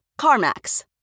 CarMax